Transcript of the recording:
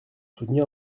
soutenir